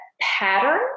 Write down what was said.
pattern